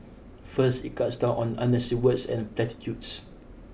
first it cuts down on unnecessary words and platitudes